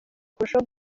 kurushaho